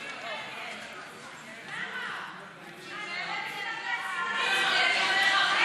משמע אתם תומכים בטרור,